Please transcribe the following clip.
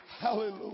Hallelujah